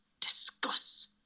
discuss